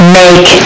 make